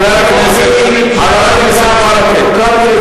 היא מתנהגת כאילו היא ארגון טרור.